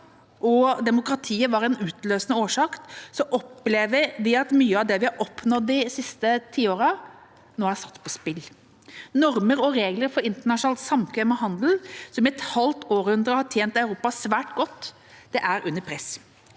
og demokratiet var en utløsende årsak, opplever vi at mye av det vi har oppnådd de siste tiårene, nå er satt på spill. Normer og regler for internasjonalt samkvem og handel som i et halvt århundre har tjent Europa svært godt, er under press.